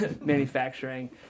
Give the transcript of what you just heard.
manufacturing